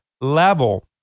level